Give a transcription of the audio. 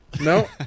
No